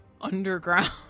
underground